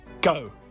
Go